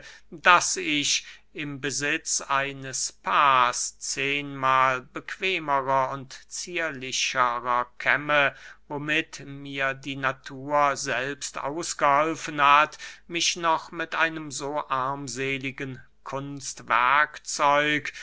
daß ich im besitz eines paars zehnmahl bequemerer und zierlicherer kämme womit mir die natur selbst ausgeholfen hat mich noch mit einem so armseligen